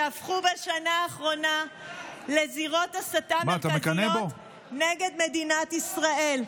שהפכו בשנה האחרונה לזירות הסתה מרכזיות נגד מדינת ישראל,